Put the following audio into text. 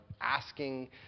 asking